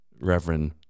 Reverend